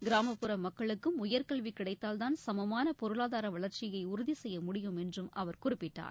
கிராமப்புற மக்களுக்கும் உயர்கல்வி கிடைத்தால்தான் சமமான பொருளாதார வளர்ச்சியை உறுதி செய்ய முடியும் என்றும் அவர் குறிப்பிட்டார்